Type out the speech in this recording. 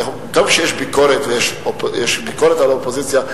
יש ביקורת על האופוזיציה,